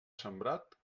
sembrat